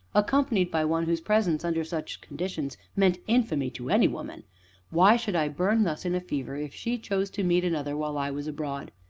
accompanied by one whose presence, under such conditions, meant infamy to any woman why should i burn thus in a fever if she chose to meet another while i was abroad?